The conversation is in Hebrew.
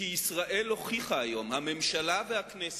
כי ישראל הוכיחה היום, הממשלה והכנסת,